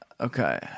Okay